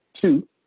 two